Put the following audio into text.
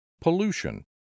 pollution